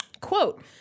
Quote